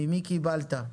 ממי קיבלת?